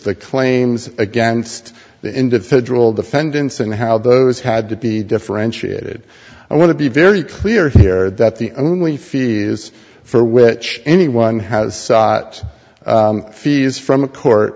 the claims against the individual defendants and how those had to be differentiated i want to be very clear here that the only fees for which anyone has fees from a court